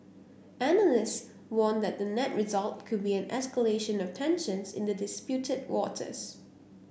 analysts warn that the net result could be an escalation of tensions in the disputed waters